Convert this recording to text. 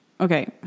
Okay